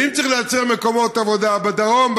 ואם צריך לייצר מקומות עבודה בדרום,